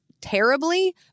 terribly